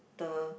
the